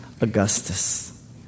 Augustus